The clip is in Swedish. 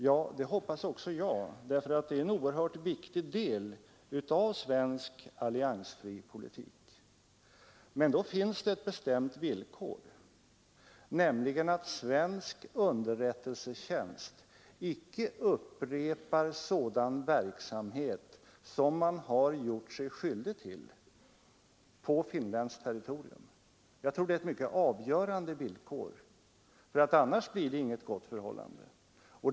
Ja, det hoppas också jag, för det är en oerhört viktig del av svensk alliansfri politik. Men det finns ett bestämt villkor för det, nämligen att svensk underrättelsetjänst icke fortsätter med sådan verksamhet som man har gjort sig skyldig till på finländskt territorium. Jag tror att det är ett avgörande villkor; annars blir inte förhållandet gott.